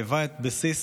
שהיווה את הבסיס